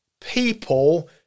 people